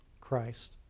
Christ